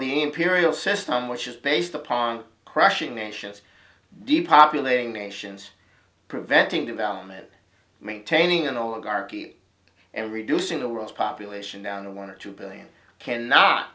the imperial system which is based upon crushing nations depopulating nations preventing development maintaining an oligarchy and reducing the world's population down to one or two billion cannot